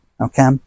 okay